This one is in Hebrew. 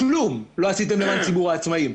כלום לא עשיתם למען ציבור העצמאים.